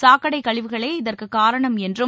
சாக்கடை கழிவுகளே இதற்குக் காரணம் என்றும்